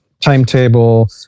timetable